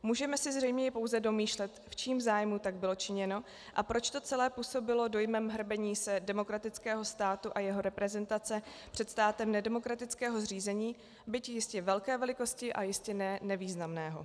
Můžeme se zřejmě pouze domýšlet, v čím zájmu tak bylo činěno a proč to celé působilo dojmem hrbení se demokratického státu a jeho reprezentace před státem nedemokratického zřízení, byť jistě velké velikosti a jistě ne nevýznamného.